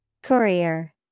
courier